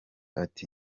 ati